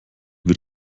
wird